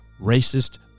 racist